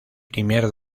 primer